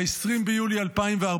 ב-20 ביולי 2014,